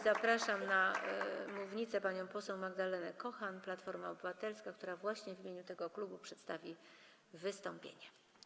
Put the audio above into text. Zapraszam na mównicę panią poseł Magdalenę Kochan, Platforma Obywatelska, która właśnie w imieniu tego klubu przedstawi wystąpienie.